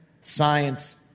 Science